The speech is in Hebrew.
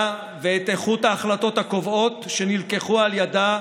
ואת איכות ההחלטות הקובעות שנלקחו על ידה,